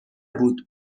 بود